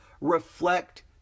reflect